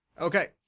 Okay